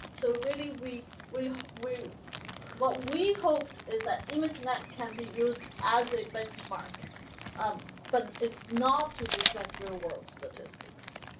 so really we we we what we hoped is that imagenet can be used as benchmark um but it's not to reflect real world statistics.